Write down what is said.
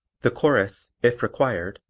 the chorus, if required,